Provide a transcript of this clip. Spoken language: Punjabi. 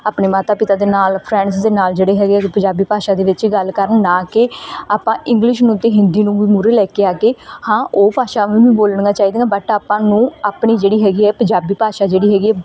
ਆਪਣੇ ਮਾਤਾ ਪਿਤਾ ਦੇ ਨਾਲ ਫਰੈਂਡਸ ਦੇ ਨਾਲ ਜਿਹੜੇ ਹੈਗੇ ਹੈਗੇ ਪੰਜਾਬੀ ਭਾਸ਼ਾ ਦੇ ਵਿੱਚ ਗੱਲ ਕਰਨ ਨਾ ਕੇ ਆਪਾਂ ਇੰਗਲਿਸ਼ ਨੂੰ ਅਤੇ ਹਿੰਦੀ ਨੂੰ ਵੀ ਮੂਹਰੇ ਲੈ ਕੇ ਆ ਕੇ ਹਾਂ ਉਹ ਭਾਸ਼ਾਵਾਂ ਵੀ ਬੋਲਣੀਆਂ ਚਾਹੀਦੀਆਂ ਬੱਟ ਆਪਾਂ ਨੂੰ ਆਪਣੀ ਜਿਹੜੀ ਹੈਗੀ ਹੈ ਪੰਜਾਬੀ ਭਾਸ਼ਾ ਜਿਹੜੀ ਹੈਗੀ